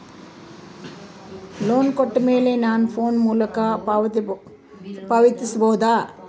Loan ಕೊಟ್ಟ ಮೇಲೆ ನಾನು ಫೋನ್ ಮೂಲಕ ಪಾವತಿಸಬಹುದಾ?